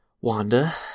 Wanda